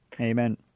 Amen